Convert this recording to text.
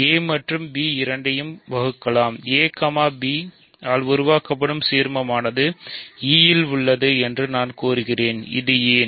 a மற்றும் b இரண்டையும் பிரிக்கலாம் a b aal உருவாக்கப்படும் சீர்மமானது e இல் உள்ளது என்று நான் கூறுகிறேன் இது ஏன்